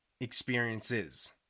experiences